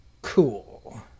Cool